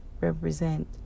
represent